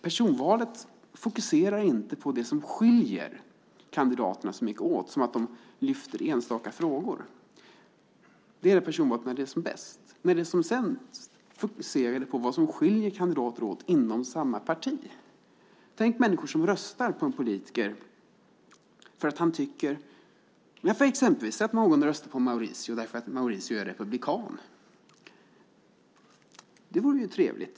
Personvalet fokuserar inte på det som skiljer kandidaterna så mycket åt, som att de lyfter fram enstaka frågor. Det är personvalet när det är som bäst. När det är som sämst fokuserar det på vad som skiljer kandidaterna åt inom samma parti. Säg exempelvis att någon röstar på Mauricio därför att Mauricio är republikan. Det vore ju trevligt!